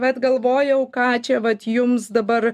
vat galvojau ką čia vat jums dabar